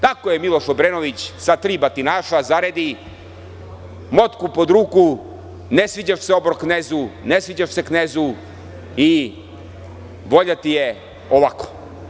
Tako je Miloš Obrenović sa tri batinaša, zaredi, motku pod ruku, ne sviđaš se obor-knezu, ne sviđaš se knezu i volja ti je ovako.